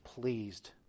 pleased